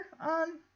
on